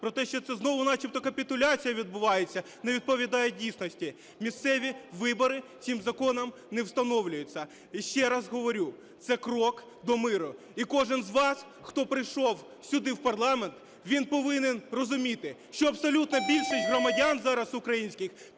про те, що це знову начебто капітуляція відбувається, не відповідають дійсності. Місцеві вибори цим законом не встановлюються. І ще раз говорю, це крок до миру. І кожен з вас, хто прийшов сюди в парламент, він повинен розуміти, що абсолютна більшість громадян зараз українських